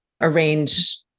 arrange